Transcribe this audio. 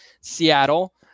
Seattle